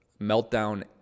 meltdown